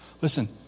Listen